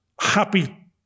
happy